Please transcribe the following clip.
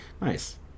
Nice